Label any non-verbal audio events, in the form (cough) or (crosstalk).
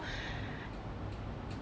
(noise)